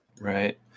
Right